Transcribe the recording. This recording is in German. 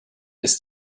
ist